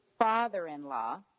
father-in-law